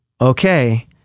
okay